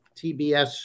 TBS